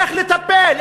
איך לטפל,